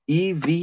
EV